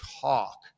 talk